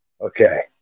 Okay